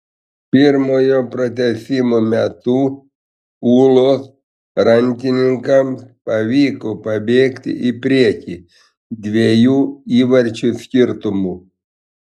pirmojo pratęsimo metu ūlos rankininkams pavyko pabėgti į priekį dviejų įvarčių skirtumu